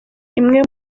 imwe